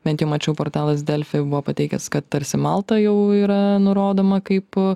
bent jau mačiau portalas delfi buvo pateikęs kad tarsi malta jau yra nurodoma kaip